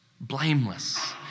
blameless